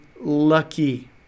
lucky